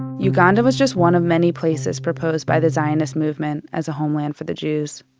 uganda was just one of many places proposed by the zionist movement as a homeland for the jews.